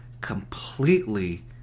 completely